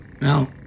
now